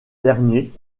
dernier